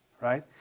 Right